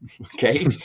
Okay